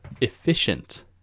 efficient